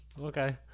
Okay